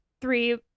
three